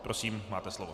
Prosím, máte slovo.